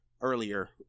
earlier